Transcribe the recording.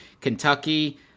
Kentucky